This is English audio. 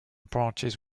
parties